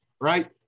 right